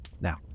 Now